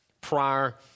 prior